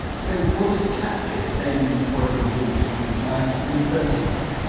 so, what had captured damion corrigan's interest in science in the first place?